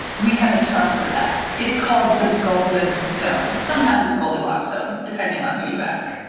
we have a term for that. it's called the golden zone. sometimes the goldilocks zone, depending on who you ask.